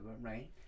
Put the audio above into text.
right